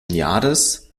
jahres